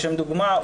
לשם דוגמה,